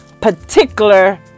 particular